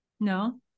no